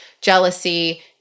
jealousy